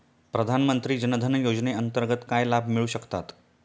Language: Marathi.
प्रधानमंत्री जनधन योजनेअंतर्गत काय लाभ मिळू शकतात?